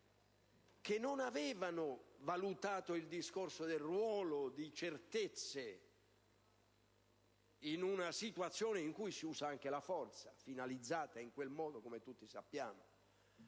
non avevano valutato il discorso del ruolo di certezze in una situazione in cui si usa anche la forza, finalizzata in quel modo, come è a tutti noto;